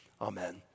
Amen